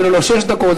אפילו לא שש דקות,